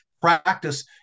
practice